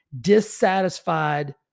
dissatisfied